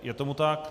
Je tomu tak.